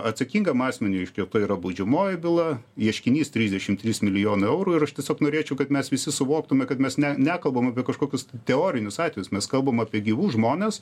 atsakingam asmeniui iškelta yra baudžiamoji byla ieškinys trisdešim trys milijonai eurų ir aš tiesiog norėčiau kad mes visi suvoktume kad mes ne nekalbam apie kažkokius teorinius atvejus mes kalbam apie gyvus žmones